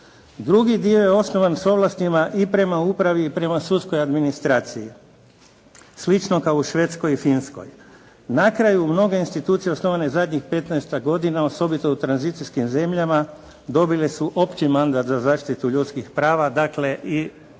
Drugi dio je osnovan s ovlastima i prema upravi i prema sudskoj administraciji. Slično kao u Švedskoj i Finskoj. Na kraju mnoge institucije osnovane zadnjih 15-tak godina, osobito u tranzicijskim zemljama dobile su opći mandat za zaštitu ljudskih prava, dakle i